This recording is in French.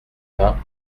vingts